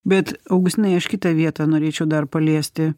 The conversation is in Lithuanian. bet augustinai aš kitą vietą norėčiau dar paliesti